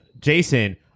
Jason